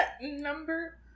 number